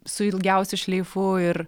su ilgiausiu šleifu ir